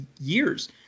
years